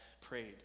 prayed